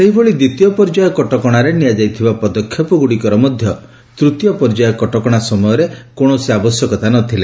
ସେହିଭଳି ଦ୍ୱିତୀୟ ପର୍ଯ୍ୟାୟ କଟକଣାରେ ନିଆଯାଇଥିବା ପଦକ୍ଷେପ ଗୁଡ଼ିକର ମଧ୍ୟ ତୂତୀୟ ପର୍ଯ୍ୟାୟ କଟକଣା ସମୟରେ କୌଣସି ଆବଶ୍ୟକତା ନଥିଲା